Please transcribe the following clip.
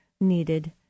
needed